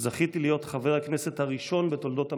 זכיתי להיות חבר הכנסת הראשון בתולדות המדינה,